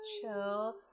chill